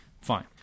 Fine